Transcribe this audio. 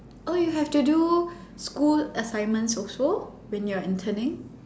oh you have to do school assignments also when you are interning